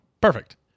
perfect